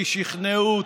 כי שכנעו אותי.